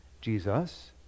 Jesus